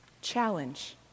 challenge